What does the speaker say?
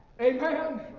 Amen